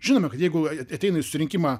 žinoma kad jeigu ateina į susirinkimą